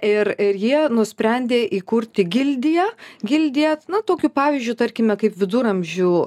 ir ir jie nusprendė įkurti gildiją gildiją na tokiu pavyzdžiu tarkime kaip viduramžių